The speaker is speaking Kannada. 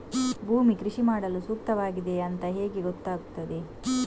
ಭೂಮಿ ಕೃಷಿ ಮಾಡಲು ಸೂಕ್ತವಾಗಿದೆಯಾ ಅಂತ ಹೇಗೆ ಗೊತ್ತಾಗುತ್ತದೆ?